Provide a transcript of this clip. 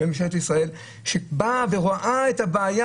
בממשלת ישראל שבאה ורואה את הבעיה,